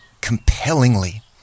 compellingly